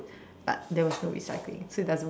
but there was no recycling so it doesn't work